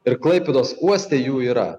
ir klaipėdos uoste jų yra